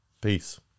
Peace